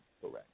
Correct